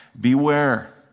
beware